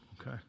okay